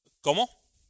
¿Cómo